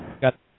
got